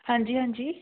ਹਾਂਜੀ ਹਾਂਜੀ